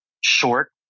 short